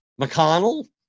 McConnell